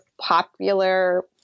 popular